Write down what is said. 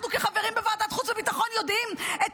אנחנו כחברים בוועדת חוץ וביטחון יודעים את